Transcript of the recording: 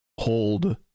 hold